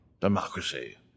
democracy